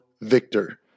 victor